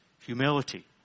humility